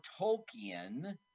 Tolkien